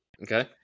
Okay